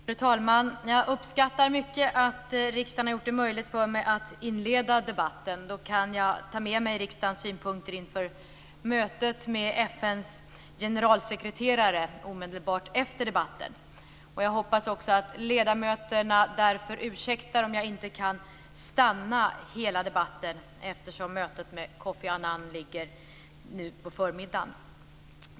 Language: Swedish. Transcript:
Fru talman! Jag uppskattar mycket att riksdagen har gjort det möjligt för mig att inleda debatten. Då kan jag ta med mig riksdagens synpunkter inför mötet med FN:s generalsekreterare omedelbart efter debatten. Jag hoppas också att ledamöterna därför ursäktar om jag inte kan stanna hela debatten eftersom mötet med Kofi Annan ligger nu på förmiddagen.